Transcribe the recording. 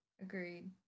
agreed